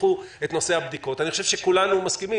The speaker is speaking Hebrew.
קחו את נושא הבדיקות אני חושב שכולנו מסכימים